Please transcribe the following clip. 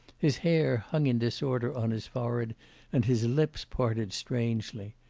his hair hung in disorder on his forehead and his lips parted strangely.